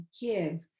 give